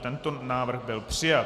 I tento návrh byl přijat.